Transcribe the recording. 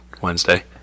Wednesday